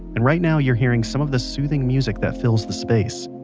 and right now you're hearing some of the soothing music that fills the space.